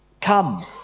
Come